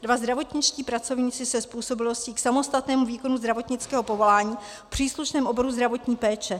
Dva zdravotničtí pracovníci se způsobilostí k samostatnému výkonu zdravotnického povolání v příslušném oboru zdravotní péče.